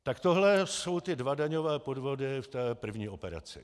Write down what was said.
Tak tohle jsou ty dva daňové podvody v první operaci.